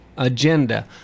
agenda